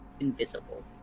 Invisible